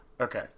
Okay